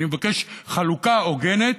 אני מבקש חלוקה הוגנת